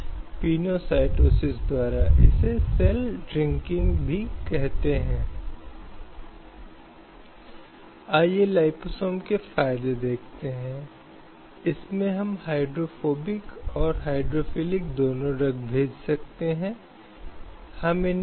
और अगर सवाल सुरक्षा का है तो यह सुनिश्चित करना इस राज्य की जिम्मेदारी है कि इस तरह की प्रथाओं या किसी भी प्रकार के दुर्व्यवहार या शोषण की आशंका है जिसमें ऐसी प्रथाओं या ऐसी गतिविधियों की आशंका हो